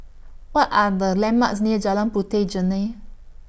What Are The landmarks near Jalan Puteh Jerneh